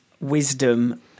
wisdom